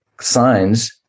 signs